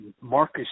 Marcus